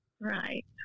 Right